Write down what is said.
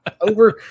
over